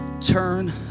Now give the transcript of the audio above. turn